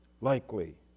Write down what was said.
likely